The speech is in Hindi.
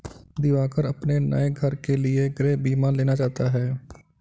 दिवाकर अपने नए घर के लिए गृह बीमा लेना चाहता है